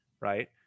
right